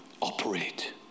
operate